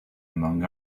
among